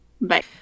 Bye